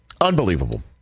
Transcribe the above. Unbelievable